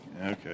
Okay